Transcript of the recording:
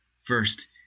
First